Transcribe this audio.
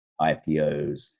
IPOs